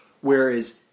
Whereas